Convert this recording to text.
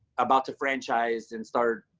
about to franchise and start